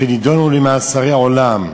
שנידונו למאסרי עולם,